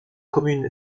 commune